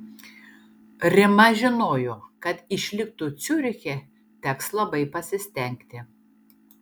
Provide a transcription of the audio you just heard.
rima žinojo kad išliktų ciuriche teks labai pasistengti